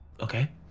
Okay